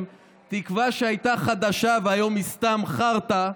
"תקווה שהייתה חדשה והיום היא סתם חרטא"